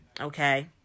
Okay